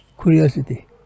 curiosity